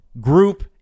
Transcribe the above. group